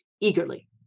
eagerly